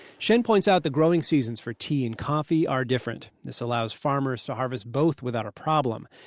shen points out the growing seasons for tea and coffee are different. this allows farmers to harvest both without a problem.